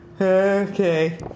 Okay